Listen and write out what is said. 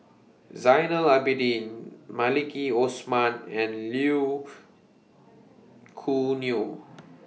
Zainal Abidin Maliki Osman and Choo Neo